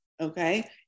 Okay